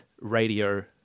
radio